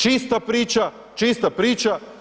Čista priča, čista priča.